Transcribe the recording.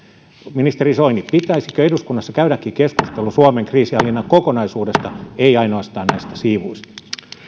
ministeri soini pitäisikö eduskunnassa käydäkin keskustelu suomen kriisinhallinnan kokonaisuudesta ei ainoastaan näistä siivuista